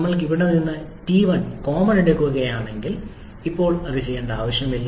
ഞങ്ങൾ ഇവിടെ നിന്ന് T1 കോമൺ എടുക്കുകയാണെങ്കിൽ ശരി ഇപ്പോൾ ഇത് ചെയ്യേണ്ട ആവശ്യമില്ല